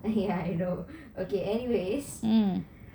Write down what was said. ya I know okay anyways